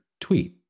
tweet